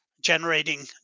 generating